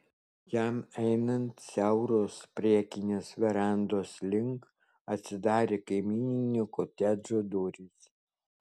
jam einant siauros priekinės verandos link atsidarė kaimyninio kotedžo durys